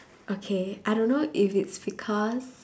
okay I don't know if it's because